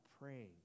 praying